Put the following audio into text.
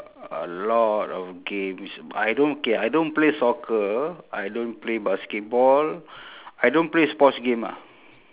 a lot of games I don't K I don't play soccer I don't play basketball I don't play sports game ah